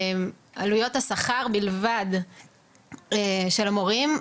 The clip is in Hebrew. עלויות השכר בלבד של המורים,